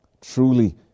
truly